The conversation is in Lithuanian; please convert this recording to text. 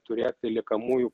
turėti liekamųjų